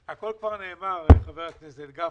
הכול כבר נאמר, חבר הכנסת גפני,